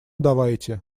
давайте